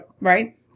Right